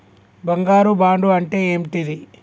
బంగారు బాండు అంటే ఏంటిది?